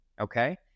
okay